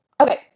okay